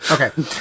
Okay